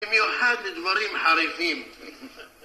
במיוחד דברים חריפים.